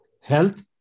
health